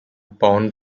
pound